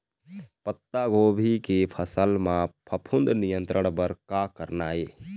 पत्तागोभी के फसल म फफूंद नियंत्रण बर का करना ये?